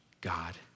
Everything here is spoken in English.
God